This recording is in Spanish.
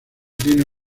tiene